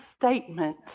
statement